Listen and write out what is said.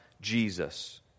Jesus